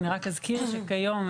אני רק אזכיר שכיום,